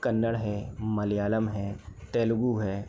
कन्नड़ है मलयालम है तेलुगु है